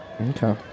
Okay